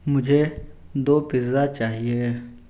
मुझे दो पिज़्जा चाहिए